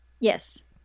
yes